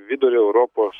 vidurio europos